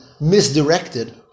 misdirected